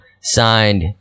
Signed